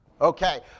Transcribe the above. Okay